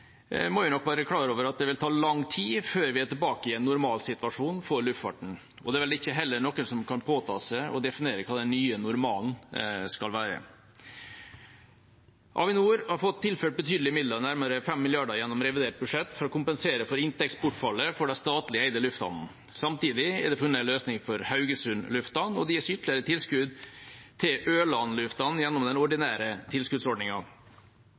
må vi nok være klar over at det vil ta lang tid før vi er tilbake igjen i en normal situasjon for luftfarten. Det er vel heller ikke noen som kan påta seg å definere hva den nye normalen skal være. Avinor har fått tilført betydelige midler, nærmere 5 mrd. kr, gjennom revidert budsjett for å kompensere for inntektsbortfallet for de statlig eide lufthavnene. Samtidig er det funnet en løsning for Haugesund lufthavn, og det gis ytterligere tilskudd til Ørland lufthavn gjennom den ordinære